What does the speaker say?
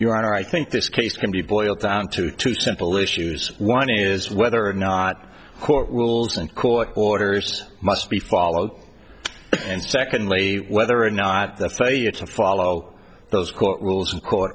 honor i think this case can be boiled down to two simple issues one is whether or not court rules and court orders must be followed and secondly whether or not the failure to follow those court rules and court